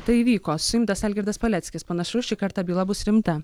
tai įvyko suimtas algirdas paleckis panašu šį kartą byla bus rimta